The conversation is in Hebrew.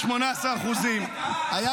18%. --- די,